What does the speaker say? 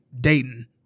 Dayton